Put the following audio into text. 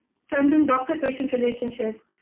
strengthen doctor-patient relationships,